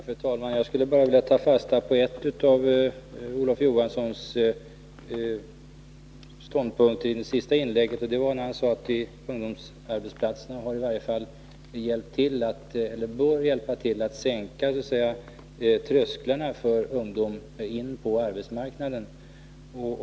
Fru talman! Jag skulle vilja ta fasta på en av de ståndpunkter som Olof Johansson gav uttryck för i sitt senaste inlägg, och det är den att ungdomsplatserna bör hjälpa till att sänka trösklarna för ungdomarna att komma in på arbetsmarknaden.